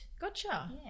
Gotcha